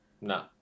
No